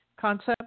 concept